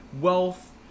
wealth